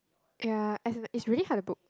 ya as in like it's really hard to book